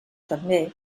també